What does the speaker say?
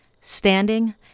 Standing